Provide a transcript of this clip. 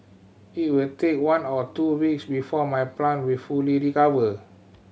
it will take one or two weeks before my plant will fully recover